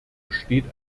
besteht